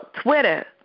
Twitter